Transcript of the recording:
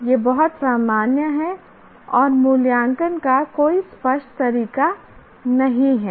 यह बहुत सामान्य है और मूल्यांकन का कोई स्पष्ट तरीका नहीं है